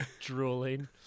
drooling